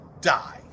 die